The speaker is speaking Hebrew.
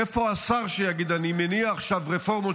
איפה השר שיגיד: אני מניע עכשיו רפורמות